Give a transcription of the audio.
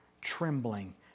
Trembling